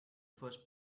first